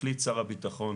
החליט שר הביטחון